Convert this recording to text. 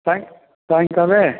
साय् सायङ्काले